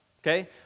Okay